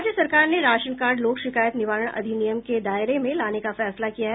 राज्य सरकार ने राशन कार्ड लोक शिकायत निवारण अधिनियम के दायरे में लाने का फैसला किया है